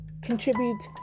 contribute